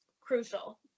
crucial